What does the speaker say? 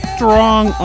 Strong